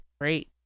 great